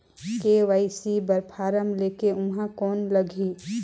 KYC बर form ले के ऊहां कौन लगही?